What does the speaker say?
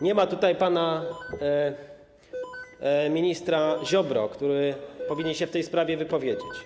Nie ma tutaj pana ministra Ziobry, który powinien się w tej sprawie wypowiedzieć.